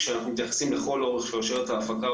כשאנחנו מתייחסים לכל אורך שרשרת ההפקה,